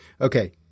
Okay